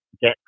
get